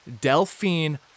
Delphine